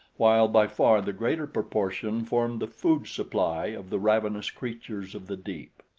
while by far the greater proportion formed the food supply of the ravenous creatures of the deep.